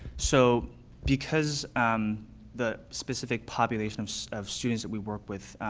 so because the specific population of so of students that we work with,